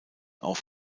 auf